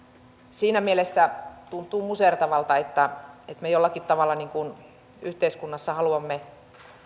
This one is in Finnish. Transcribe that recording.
siinä mielessä tuntuu musertavalta että me jollakin tavalla yhteiskunnassa haluamme